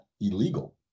illegal